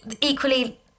Equally